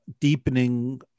deepening